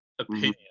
opinion